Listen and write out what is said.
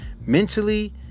mentally